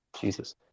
Jesus